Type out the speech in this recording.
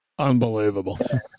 Unbelievable